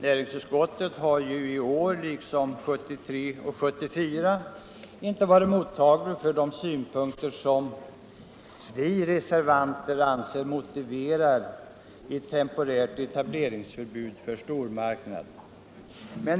Näringsutskottets majoritet har i år liksom 1973 och 1974 inte varit mottaglig för de synpunkter som vi reservanter anser motivera ett tem porärt etableringsförbud för stormarknader.